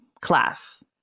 class